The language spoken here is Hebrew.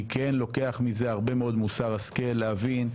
אני כן לוקח מזה הרבה מאוד מוסר השכל להבין,